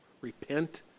Repent